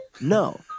No